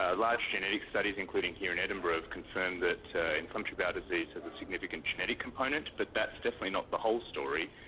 ah large genetic studies, including here in edinburgh, have confirmed that inflammatory bowel disease has a significant genetic component, but that's definitely not the whole story.